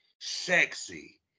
sexy